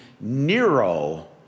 Nero